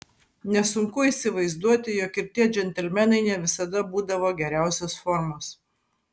nesunku įsivaizduoti jog ir tie džentelmenai ne visada būdavo geriausios formos